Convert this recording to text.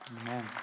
Amen